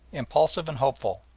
impulsive and hopeful,